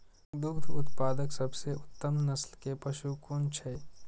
दुग्ध उत्पादक सबसे उत्तम नस्ल के पशु कुन छै?